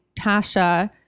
Tasha